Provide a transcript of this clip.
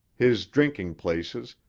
his drinking places,